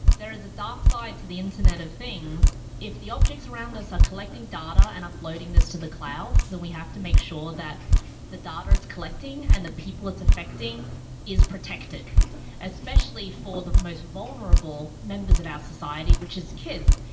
there is a dark side to the internet of things. if the objects around us are collecting data and uploading this to the cloud then we have to make sure that the data it's collecting and the people it's affecting is protected especially for the most vulnerable members of our society which is kids.